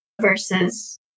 versus